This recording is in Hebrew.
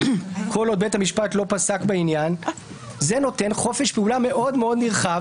כל עוד בית המשפט לא פסק בעניין זה נותן חופש פעולה מאוד נרחב